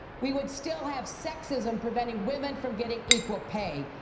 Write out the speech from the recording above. we would still have sexism preventing women from getting equal pay.